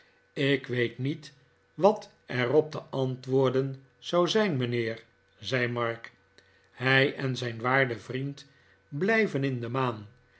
ik weet niet wat er op te antwoorden zou zijn mijnheer zei mark hij en zijn waarde vriend blijven in de maan